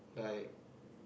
like